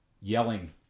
yelling